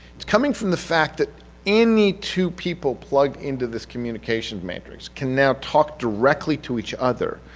it's coming from the fact that any two people plugged into this communications matrix can now talk directly to each other,